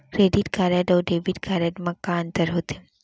Credit card अऊ debit card मा का अंतर होथे?